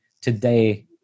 today